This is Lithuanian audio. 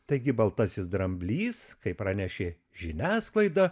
taigi baltasis dramblys kaip pranešė žiniasklaida